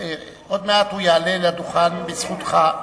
עוד מעט הוא יעלה לדוכן, בזכותך,